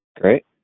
great